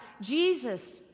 Jesus